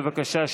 בבקשה,